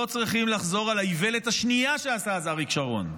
לא צריכים לחזור על האיוולת השנייה שעשה אז אריק שרון,